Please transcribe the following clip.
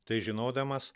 tai žinodamas